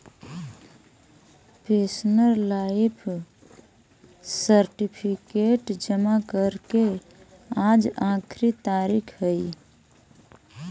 pensioner life certificate जमा करे के आज आखिरी तारीख हइ